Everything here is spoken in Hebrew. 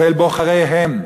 ואל בוחריהם,